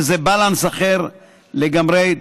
וזה balance אחר לגמרי.